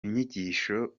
inyigisho